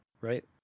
right